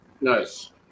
Nice